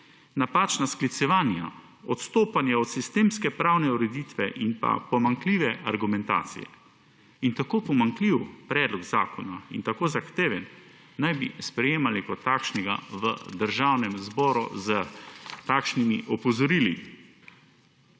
napačna sklicevanja, odstopanja od sistemske pravne ureditve in pa pomanjkljive argumentacije in tako pomanjkljiv predlog zakona in tako zahteven ne bi sprejemali kot takšnega v Državnem zboru s takšnimi opozorili.